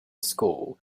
school